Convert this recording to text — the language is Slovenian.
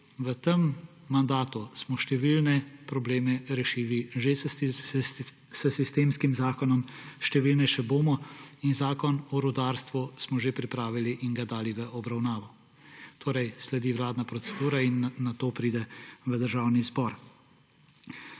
V tem mandatu smo številne probleme rešili že s sistemskim zakonom, številne še bomo, in Zakon o rudarstvu smo že pripravili in ga dali v obravnavo. Torej sledi vladna procedura in nato pride v Državni zbor.